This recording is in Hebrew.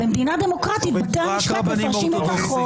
במדינה דמוקרטית בתי המשפט מפרשים את החוק,